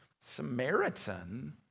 Samaritan